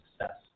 success